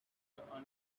unequal